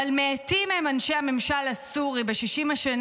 אבל מעטים הם אנשי הממשל הסורי ב-60 השנים